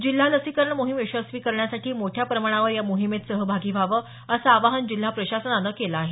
जिल्हा लसीकरण मोहीम यशस्वी करण्यासाठी मोठ्या प्रमाणावर या मोहीमेत सहभागी व्हावं असं आवाहन जिल्हा प्रशासनानं केलं आहे